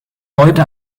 heute